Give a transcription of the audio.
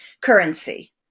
currency